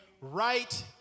right